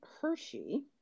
Hershey